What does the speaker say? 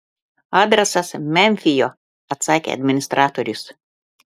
adresas memfio atsakė administratorius